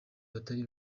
batari